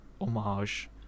homage